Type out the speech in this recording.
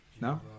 No